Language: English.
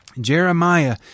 Jeremiah